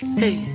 hey